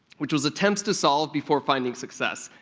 which was attempts to solve before finding success.